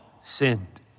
sinned